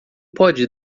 pode